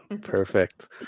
Perfect